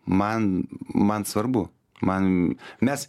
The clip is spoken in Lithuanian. man man svarbu man mes